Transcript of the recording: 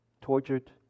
tortured